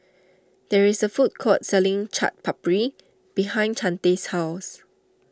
there is a food court selling Chaat Papri behind Chante's house